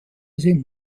sind